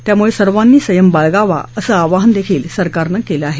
त्यामुळे सर्वांनी संयम बाळगावा असं आवाहन सरकारनं केलं आहे